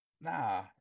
Nah